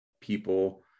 people